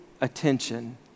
attention